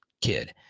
kid